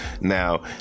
Now